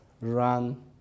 run